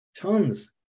tons